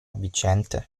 viciente